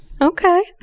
Okay